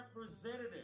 representative